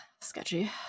sketchy